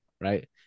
Right